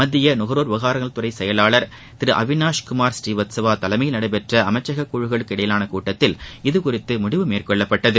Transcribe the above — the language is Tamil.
மத்திய நுகர்வோர் விவகாரத்துறை செயலாளர் திரு அவிநாஷ் குமார் ஸ்ரீவத்சவா தலைமையில் நடைபெற்ற அமைச்சக குழுக்களுக்கு இடையேயான கூட்டத்தில் இதுகுறித்து முடிவு மேற்கொள்ளப்பட்டது